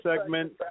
segment